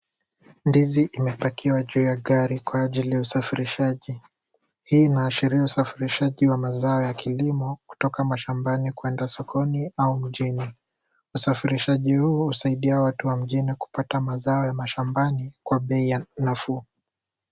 Ndizi imepakiwa juu ya gari kwa ajili ya isafirishaji. Hii inaashiria usafirishaji wa mazao ya kilimo kitoka mashambani kwenda sokoni ama mjini. Usafirishaji huu husaidia watu wa mjini kupata mazao ya mashambani kwa bei nafuu.